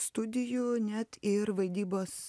studijų net ir vaidybos